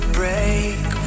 break